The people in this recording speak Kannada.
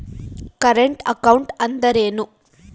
ಕರೆಂಟ್ ಅಕೌಂಟ್ ಅಂದರೇನು?